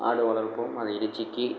ஆடு வளர்ப்போம் அதை பிச்சிக்கு